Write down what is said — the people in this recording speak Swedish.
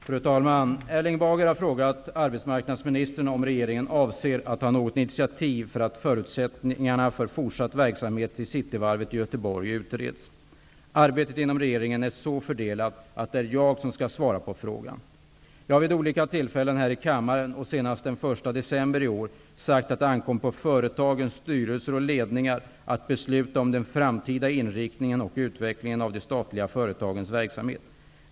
Fru talman! Erling Bager har frågat arbetsmarknadsministern om regeringen avser att ta något initiativ för att förutsättningarna för fortsatt verksamhet vid Cityvarvet i Göteborg utreds. Arbetet inom regeringen är så fördelat att det är jag som skall svara på frågan. Jag har vid olika tillfällen här i kammaren, och senast den 1 december i år, sagt att det ankommer på företagens styrelser och ledningar att besluta om den framtida inriktningen och utvecklingen av de statliga företagens verksamhet.